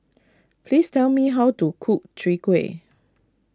please tell me how to cook Chwee Kueh